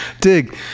dig